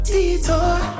Detour